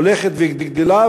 הולכת וגדלה,